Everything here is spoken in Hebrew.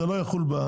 אבל זה לא קשור לחוק.